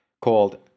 called